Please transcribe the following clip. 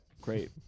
great